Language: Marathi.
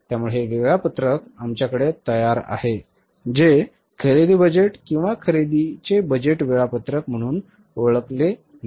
त्यामुळे हे वेळापत्रक आमच्याकडे तयार आहे जे खरेदी बजेट किंवा खरेदी बजेटचे वेळापत्रक म्हणून ओळखले जाते